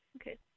Okay